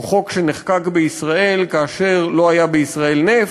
הוא חוק שנחקק בישראל כאשר לא היה בישראל נפט,